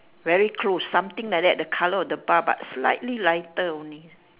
very close something like that the colour of the bar but slightly lighter only